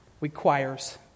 requires